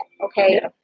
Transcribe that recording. Okay